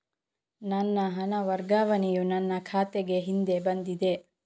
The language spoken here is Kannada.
ನನ್ನ ಹಣ ವರ್ಗಾವಣೆಯು ನನ್ನ ಖಾತೆಗೆ ಹಿಂದೆ ಬಂದಿದೆ